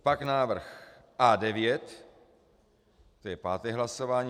Pak návrh A9, to je páté hlasování.